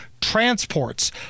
...transports